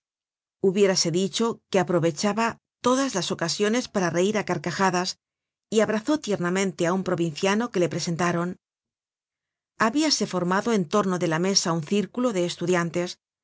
google book search generated at das las ocasiones para reir á carcajadas y abrazó tiernamente á un provinciano que le presentaron habíase formado en torno de la mesa un círculo de estudiantes